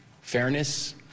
fairness